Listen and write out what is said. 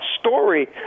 story